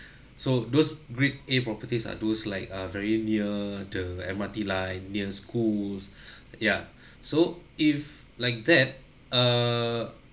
so those grade A properties are those like are very near the M_R_T line near schools ya so if like that err